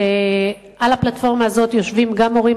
שעל הפלטפורמה הזאת יושבים גם הורים,